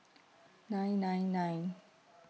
nine nine nine